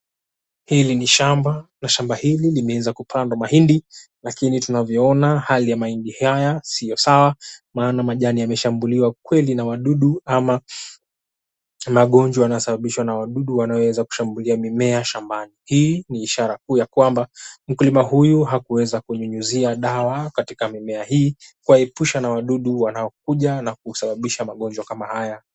Hili ni shamba, na shamba hili limeweza kupandwa mahindi. Lakini tunavyoona, hali ya mahindi haya sio sawa, naona majana yameshambuliwa kweli na wadudu ama Kuna magonjwa yanayosababishwa na wadudu wanaoshambulia mimea shambani. Hii ni ishara kwamba, mkulima huyu hakuweza kunyunyizia dawa katika mimea hii kuiepusha na wadudu wanaokuja na kusababisha magonjwa kama haya.